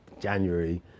January